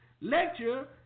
lecture